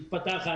מתפתחת,